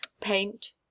paint